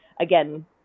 again